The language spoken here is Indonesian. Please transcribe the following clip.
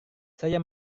saya